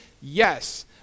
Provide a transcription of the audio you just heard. Yes